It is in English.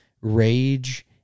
rage